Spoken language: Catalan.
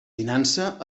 finança